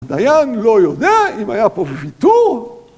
דיין לא יודע אם היה פה בויתור